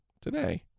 today